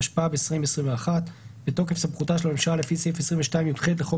התשפ"ב 2021 בתוקף סמכותה של הממשלה לפי סעיפים 22יח לחוק